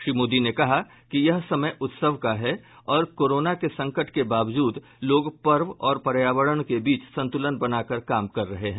श्री मोदी ने कहा कि यह समय उत्सव का है और कोरोना के संकट के बावजूद लोग पर्व और पर्यावरण के बीच संतुलन बनाकर काम कर रहे हैं